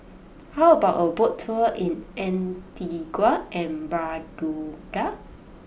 how about a boat tour in Antigua and Barbuda